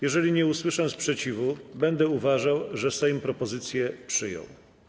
Jeżeli nie usłyszę sprzeciwu, będę uważał, że Sejm propozycję przyjął.